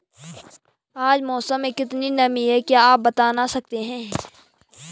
आज मौसम में कितनी नमी है क्या आप बताना सकते हैं?